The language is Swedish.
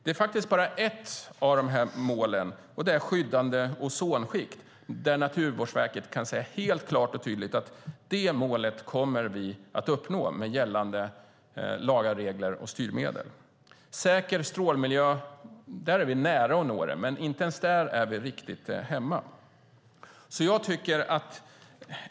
Det är bara för ett av dessa mål, Skyddande ozonskikt, som Naturvårdsverket kan säga helt klart och tydligt att verket kommer att uppnå målet med hjälp av gällande lagar, regler och styrmedel. Vi är nära att nå fram till målet Säker strålmiljö, men inte ens där är vi riktigt hemma.